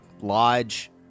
lodge